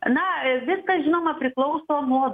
na viskas žinoma priklauso nuo